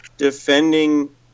Defending